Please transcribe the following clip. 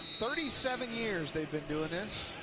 thirty seven years they've been doing this.